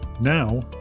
now